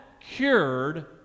cured